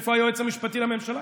איפה היועץ המשפטי לממשלה?